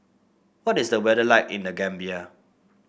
what is the weather like in The Gambia